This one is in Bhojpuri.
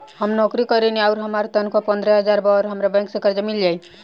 हम नौकरी करेनी आउर हमार तनख़ाह पंद्रह हज़ार बा और हमरा बैंक से कर्जा मिल जायी?